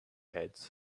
heads